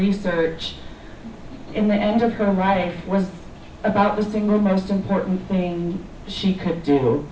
research in the end of her writing about the single most important thing she could do